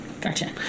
Gotcha